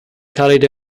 carried